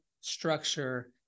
structure